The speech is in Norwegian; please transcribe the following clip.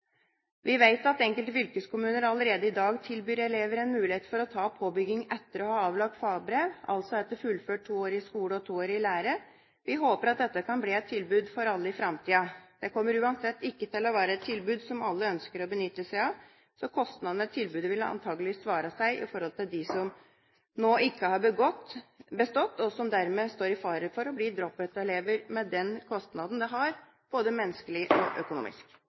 Vi vet at enkelte fylkeskommuner allerede i dag tilbyr elever en mulighet for å ta påbygging etter å ha avlagt fagbrev, altså etter å ha fullført to år i skole og to år i lære. Vi håper at dette kan bli et tilbud for alle i framtida. Det kommer uansett ikke til å være et tilbud som alle ønsker å benytte seg av, så kostnaden ved tilbudet vil antakelig svare seg i forhold til dem som nå ikke har bestått, og som dermed står i fare for å bli drop-out-elever, med den kostnaden det har, både menneskelig og økonomisk.